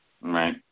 Right